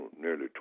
nearly